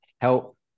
help